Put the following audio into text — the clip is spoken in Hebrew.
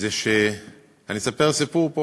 אני אספר סיפור.